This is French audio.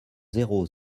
zéro